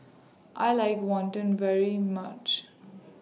I like Wantan very much